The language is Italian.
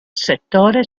settore